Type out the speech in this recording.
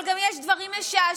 אבל יש גם דברים משעשעים.